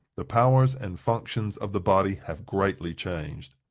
the powers and functions of the body have greatly changed.